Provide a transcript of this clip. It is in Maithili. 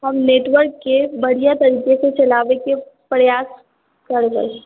हम नेटवर्ककेँ बढ़िआँ तरीकेसँ चलाबैके प्रयास कऽ रहल छी